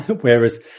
Whereas